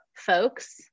Folks